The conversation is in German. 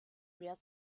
mehr